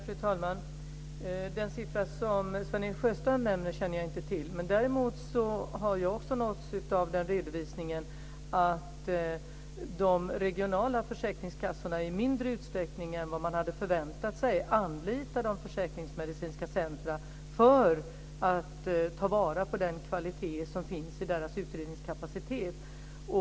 Fru talman! Den siffra som Sven-Erik Sjöstrand nämner känner jag inte till. Däremot har jag också nåtts av redovisningen att de regionala försäkringskassorna i mindre utsträckning än vad man hade förväntat sig anlitar de försäkringsmedicinska centrumen för att ta vara på den kvalitet som finns i deras utredningskapacitet.